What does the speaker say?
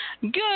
Good